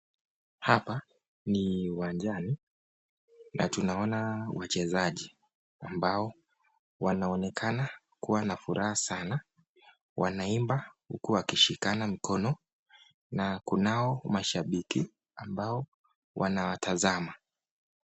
Hapa ni uwanjani, na tunaona wachezaji ambao wanaonekana kuwa na furaha sana. Wanaimba huku wakishikana mkono, na kunao mashabiki ambao wanawatazama.